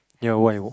yeah why